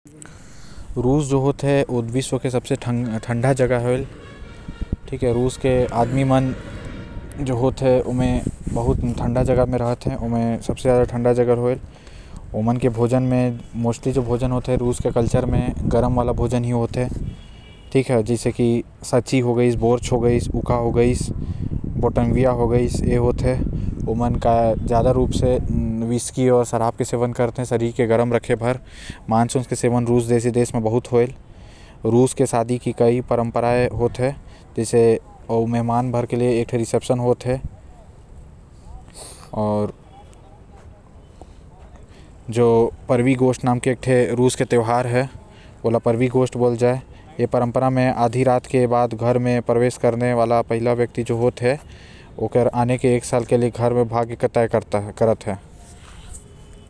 रूस जो हे ओ विश्व के सबसे ठंडा जगह म आते यही बर ओमन ज्यादा रूप से विस्की आऊ शराब के सेवन करते जेन से ओमन ल ठंड कम लगे आऊ साथ ही खाना भी गरम ज्यादा प्रचलित हे वहां।